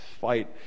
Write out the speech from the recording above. fight